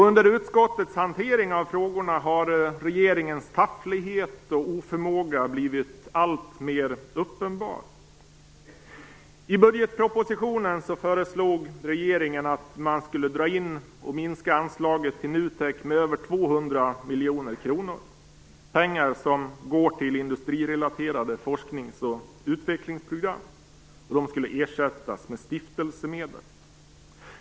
Under utskottets hantering av frågorna har regeringens tafflighet och oförmåga blivit alltmer uppenbar. I budgetpropositionen föreslog regeringen att man skulle dra in och minska anslaget till NUTEK med över 200 miljoner kronor - pengar som går till industrirelaterade forsknings och utvecklingsprogram. De skulle ersättas med stiftelsemedel.